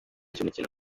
cy’umukino